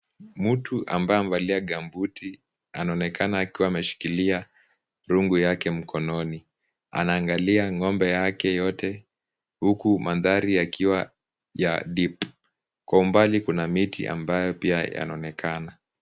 Mtu ambaye amevalia gambuti anaonekana akiwa ameshikilia rungu yake mkononi. Anaangalia ng'ombe yake yote, huku mandhari ikiwa ya deep . Kwa umbali kuna miti ambayo pia yanaonekana.